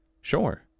Sure